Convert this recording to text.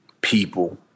people